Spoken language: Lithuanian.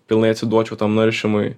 pilnai atsiduočiau tam naršymui